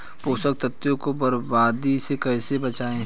पोषक तत्वों को बर्बादी से कैसे बचाएं?